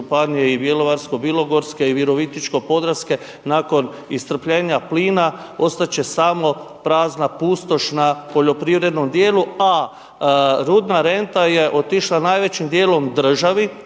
županije i Bjelovarko-bilogorske i Virovitičko-podravske nakon iscrpljenja plina ostat će samo prazna pustoš na poljoprivrednom dijelu, a rudna renta je otišla najvećim dijelom državi.